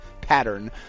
pattern